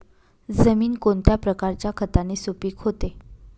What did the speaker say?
जमीन कोणत्या प्रकारच्या खताने सुपिक होते?